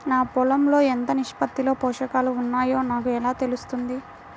నా పొలం లో ఎంత నిష్పత్తిలో పోషకాలు వున్నాయో నాకు ఎలా తెలుస్తుంది?